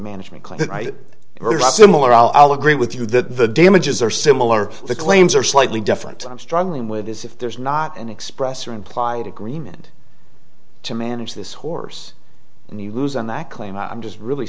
management class or similar i'll agree with you that the damages are similar the claims are slightly different i'm struggling with this if there's not an express or implied agreement to manage this horse and you lose on that claim i'm just really